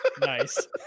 nice